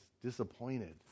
disappointed